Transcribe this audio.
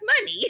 money